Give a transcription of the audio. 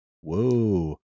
Whoa